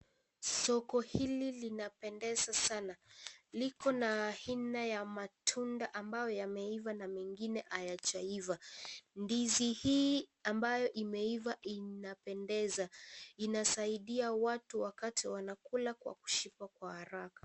Soko hili linapendeza sana likona aina ya matunda ambao yameiva na mengine hayajaiva , ndizi hii ambayo imeiva inapendeza inasaidia watu wakati wanakula kwa kushiba kwa haraka.